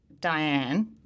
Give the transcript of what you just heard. Diane